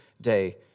day